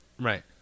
right